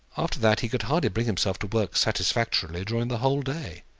after that he could hardly bring himself to work satisfactorily during the whole day.